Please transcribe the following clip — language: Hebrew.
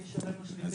מי ישלם לשליחים?